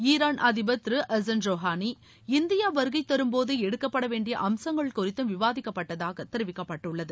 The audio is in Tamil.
ஈரான் அதிபர் திரு ஹசன் ரோகானி இந்தியா வருகைதரும்போது எடுக்கப்பட வேண்டிய அம்சங்கள் குறித்தும் விவாதிக்கப்பட்டதாக தெரிவிக்கப்பட்டுள்ளது